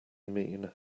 mean